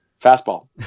fastball